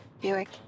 Buick